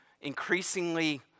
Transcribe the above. increasingly